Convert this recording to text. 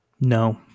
No